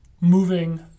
moving